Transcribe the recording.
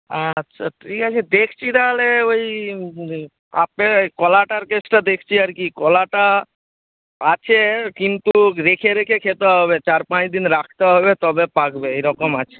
আচ্ছা ঠিক আছে দেখছি তাহলে ওই এই কলাটার কেসটা দেখছি আর কি কলাটা আছে কিন্তু রেখে রেখে খেতে হবে চার পাঁচদিন রাখতে হবে তবে পাকবে এইরকম আছে